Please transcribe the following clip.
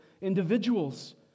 individuals